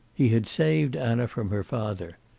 he had saved anna from her father.